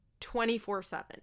24-7